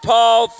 Paul